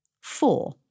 Four